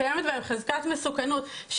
בהן קיימת חזקת מסוכנות,